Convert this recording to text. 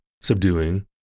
Subduing